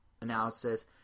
analysis